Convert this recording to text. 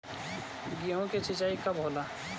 गेहूं के सिंचाई कब होला?